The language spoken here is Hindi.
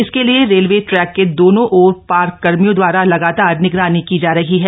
इसके लिए रेलवे ट्रैक के दोनों ओर पार्क कर्मियों द्वारा लगातार निगरानी की जा रही है